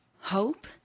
Hope